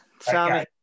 Sammy